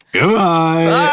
Goodbye